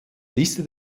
liste